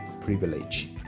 privilege